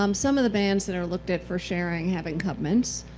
um some of the bands that are looked at for sharing have incumbents,